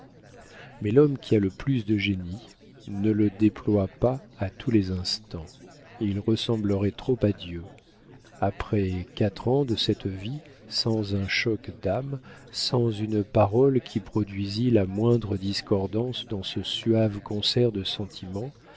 mais l'homme qui a le plus de génie ne le déploie pas à tous les instants il ressemblerait trop à dieu après quatre ans de cette vie sans un choc d'âme sans une parole qui produisît la moindre discordance dans ce suave concert de sentiment